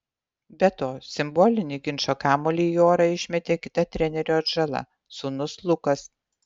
be to simbolinį ginčo kamuolį į orą išmetė kita trenerio atžala sūnus lukas